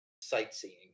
sightseeing